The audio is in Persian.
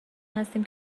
هستیم